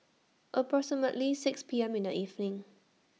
approximately six P M in The evening